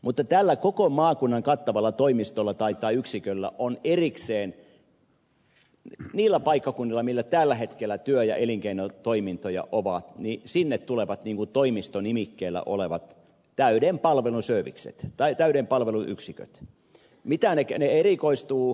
mutta tälle koko maakunnan kattavalle toimistolle tai yksikölle tulee erikseen niille paikkakunnille missä tällä hetkellä työ ja elinkeinotoimintoja on toimisto nimikkeellä olevat täyden palvelun servicet täyden palvelun yksiköt ja ne erikoistuvat johonkin